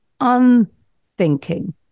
unthinking